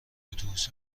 اتوبوس